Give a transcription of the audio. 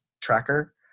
tracker